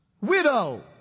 widow